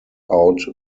out